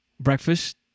breakfast